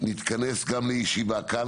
נתכנס גם לישיבה כאן,